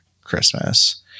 Christmas